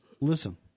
listen